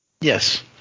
Yes